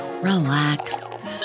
relax